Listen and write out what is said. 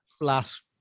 last